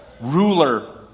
ruler